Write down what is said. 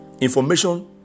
Information